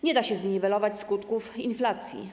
Nie da się zniwelować skutków inflacji.